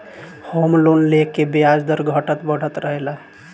home loan के ब्याज दर घटत बढ़त रहेला